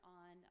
on